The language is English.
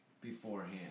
beforehand